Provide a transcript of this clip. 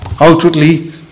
outwardly